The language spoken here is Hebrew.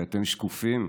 כי אתם שקופים,